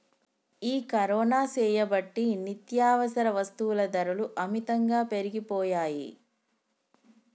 ఈ కరోనా సేయబట్టి నిత్యావసర వస్తుల ధరలు అమితంగా పెరిగిపోయాయి